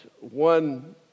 one